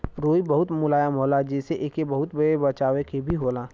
रुई बहुत मुलायम होला जेसे एके बहुते बचावे के भी होला